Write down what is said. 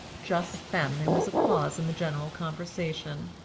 just then there was a pause in the general conversation,